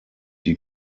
die